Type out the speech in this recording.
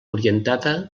orientada